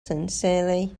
sincerely